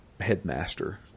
headmaster